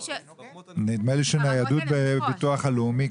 מה סכום הניידות בביטוח לאומי?